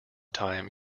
time